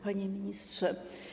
Panie Ministrze!